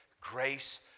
grace